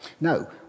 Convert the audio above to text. No